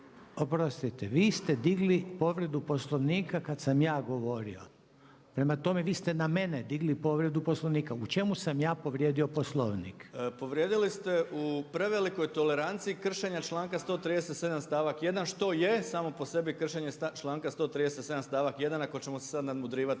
Oprostite, vi ste digli povredu Poslovnika kada sam ja govorio, prema tome, vi ste na mene digli povredu Poslovnika. U čemu sam ja povrijedio Poslovnik? **Bauk, Arsen (SDP)** Povrijedili ste u prevelikoj toleranciji kršenja članka 137. stavak 1. što je samo po sebi kršenje članka 137. stavak 1. ako ćemo se sad nadmudrivati